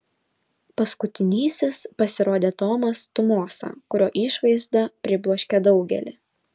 paskutinysis pasirodė tomas tumosa kurio išvaizda pribloškė daugelį